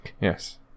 yes